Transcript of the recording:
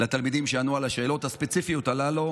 לתלמידים שענו על השאלות הספציפיות האלה,